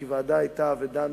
כי ועדה היתה ודנו,